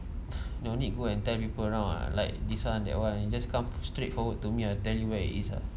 no need to go and tell people around lah like this [one] that [one] you just come for~ straight forward to me I tell you where it is ah